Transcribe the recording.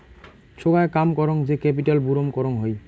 সোগায় কাম করং যে ক্যাপিটাল বুরুম করং হই